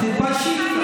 תתביישי קצת.